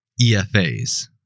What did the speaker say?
EFAs